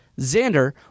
Xander